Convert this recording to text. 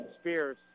Spears